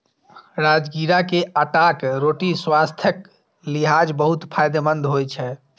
राजगिरा के आटाक रोटी स्वास्थ्यक लिहाज बहुत फायदेमंद होइ छै